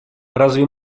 разве